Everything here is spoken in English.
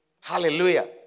Hallelujah